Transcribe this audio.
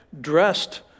dressed